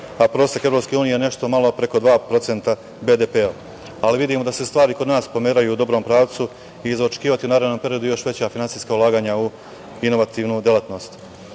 a prosek EU je nešto malo preko 2% BDP. Vidimo da se stvari kod nas pomeraju u dobrom pravcu i za očekivati je u narednom periodu još veća finansijska ulaganja u inovativnu delatnost. Po